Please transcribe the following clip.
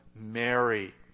Mary